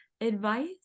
advice